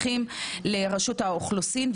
מסמכים לרשות האוכלוסין,